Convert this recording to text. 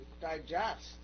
digest